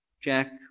Jack